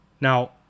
Now